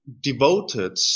devoted